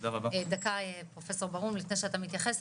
דרה פרופסור ברהום לפני שאתה מתייחס,